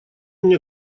мне